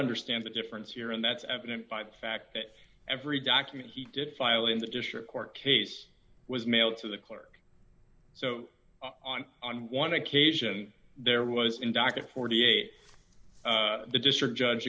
understand the difference here and that's evident by the fact that every document he did file in the district court case was mailed to the clerk so on on one occasion there was in docket forty eight the district judge